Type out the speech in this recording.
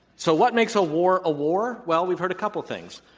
so what makes a war a war? well, we've heard a couple things.